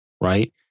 right